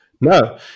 no